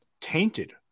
tainted